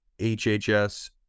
HHS